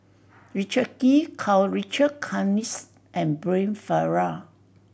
Richard Kee Karl Richard Hanitsch and Brian Farrell